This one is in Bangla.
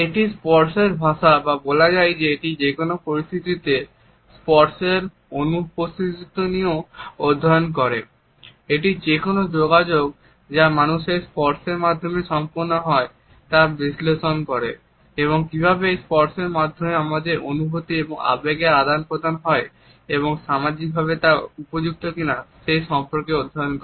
এটি স্পর্শের ভাষা বা বলা যায় যে এটি কোন পরিস্থিতিতে স্পর্শের অনুপস্থিতি নিয়েও অধ্যয়ন করে